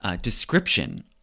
description